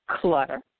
clutter